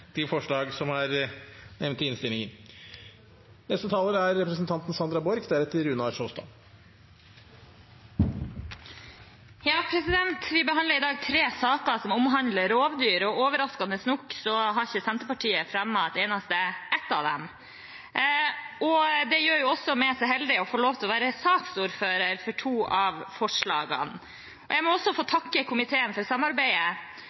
Vi behandler i dag tre saker som omhandler rovdyr, og overraskende nok har ikke Senterpartiet fremmet et eneste av representantforslagene. Jeg er så heldig å få være saksordfører for to av sakene. Jeg må også få takke komiteen for samarbeidet,